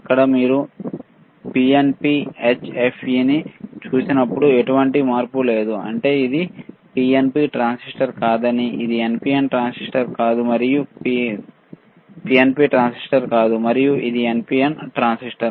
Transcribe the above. ఇక్కడ మీరు PNP HFE ని చూసినప్పుడు ఎటువంటి మార్పు లేదు అంటే ఇది పిఎన్పి ట్రాన్సిస్టర్ కాదని ఇది పిఎన్పి ట్రాన్సిస్టర్ కాదు మరియు ఇది ఎన్పిఎన్ ట్రాన్సిస్టర్